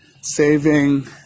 saving